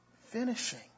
finishing